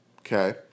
Okay